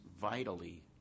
vitally